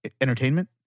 entertainment